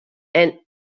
and